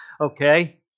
okay